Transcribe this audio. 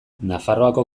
nafarroako